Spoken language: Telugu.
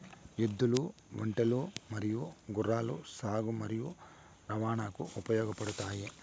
ఎద్దులు, ఒంటెలు మరియు గుర్రాలు సాగు మరియు రవాణాకు ఉపయోగపడుతాయి